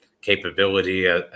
capability